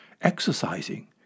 exercising